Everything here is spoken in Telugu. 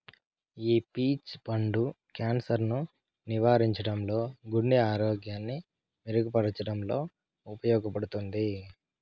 ఈ పీచ్ పండు క్యాన్సర్ ను నివారించడంలో, గుండె ఆరోగ్యాన్ని మెరుగు పరచడంలో ఉపయోగపడుతుంది